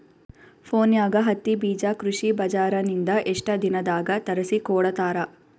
ಫೋನ್ಯಾಗ ಹತ್ತಿ ಬೀಜಾ ಕೃಷಿ ಬಜಾರ ನಿಂದ ಎಷ್ಟ ದಿನದಾಗ ತರಸಿಕೋಡತಾರ?